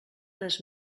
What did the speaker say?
res